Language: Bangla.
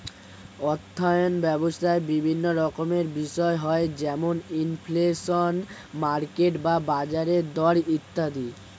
অর্থায়ন ব্যবস্থায় বিভিন্ন রকমের বিষয় হয় যেমন ইনফ্লেশন, মার্কেট বা বাজারের দর ইত্যাদি